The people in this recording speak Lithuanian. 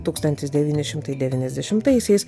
tūkstantis devyni šimtai devyniasdešimtaisiais